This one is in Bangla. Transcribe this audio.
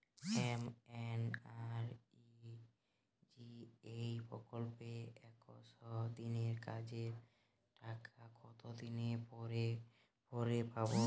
এম.এন.আর.ই.জি.এ প্রকল্পে একশ দিনের কাজের টাকা কতদিন পরে পরে পাব?